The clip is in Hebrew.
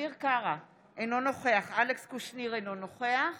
אביר קארה, אינו נוכח אלכס קושניר, אינו נוכח